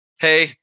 hey